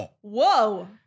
Whoa